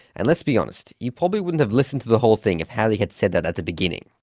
and let's be honest, you probably wouldn't have listened to the whole thing if harry had said that at the beginning.